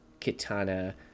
katana